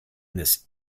this